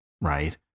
right